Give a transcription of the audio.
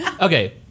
Okay